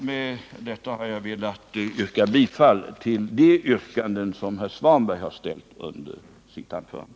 Med det sagda instämmer jag i de yrkanden som Ingvar Svanberg ställt under sitt anförande.